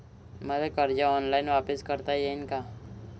मले कर्ज ऑनलाईन वापिस करता येईन का?